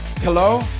Hello